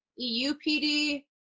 EUPD